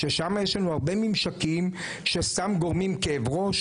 ששם יש לנו הרבה ממשקים שסתם גורמים כאב ראש,